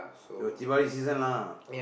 your deepavali season lah